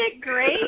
great